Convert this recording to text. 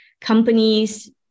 companies